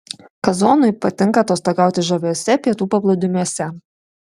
kazonui patinka atostogauti žaviuose pietų paplūdimiuose